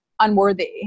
unworthy